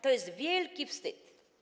To jest wielki wstyd.